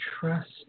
trust